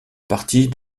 partie